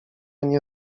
nie